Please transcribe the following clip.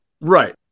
Right